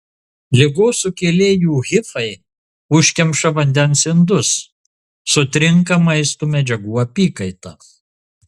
ligos sukėlėjų hifai užkemša vandens indus sutrinka maisto medžiagų apykaita